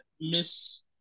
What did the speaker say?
Miss